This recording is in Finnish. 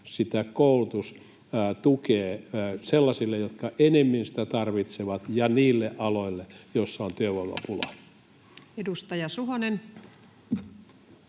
sitä koulutustukea sellaisille, jotka enimmin sitä tarvitsevat, ja niille aloille, joilla on työvoimapula? Edustaja Suhonen.